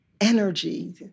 energy